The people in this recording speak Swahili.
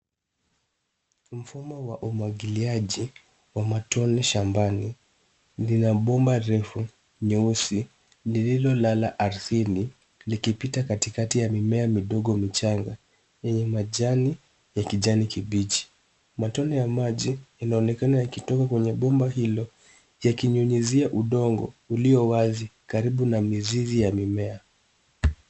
Mfumo wa umwagiliaji wa matone shambani. Lina bomba refu nyeusi lililolala ardhini likipita katikati ya mimea midogo michanga yenye majani ya kijani kibichi. Matone ya maji, yanaonekana yakitoka kwenye bomba hilo yakinyunyizia udongo ulio wazi karibu na mizizi ya mimea.